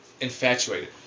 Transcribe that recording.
infatuated